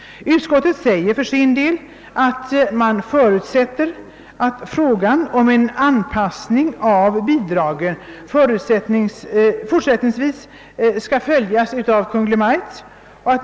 Utskottet »förutsätter att frågan om en anpassning av bidragen även fortsättningsvis följs av Kungl. Maj:t.